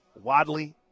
Wadley